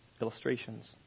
illustrations